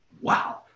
wow